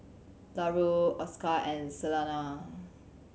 Larue Oscar and Celena